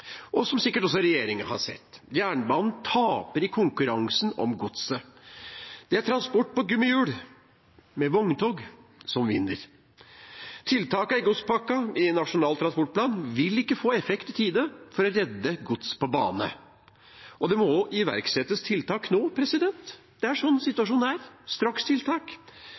og som sikkert også regjeringa har sett – at jernbanen taper i konkurransen om godset. Det er transport med vogntog på gummihjul som vinner. Tiltakene i godspakka i Nasjonal transportplan vil ikke få effekt i tide for å redde gods på bane, og det må iverksettes tiltak nå. Strakstiltak. Sånn er situasjonen.